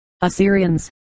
Assyrians